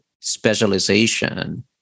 specialization